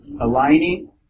Aligning